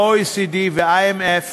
ה-OECD וה-IMF